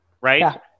right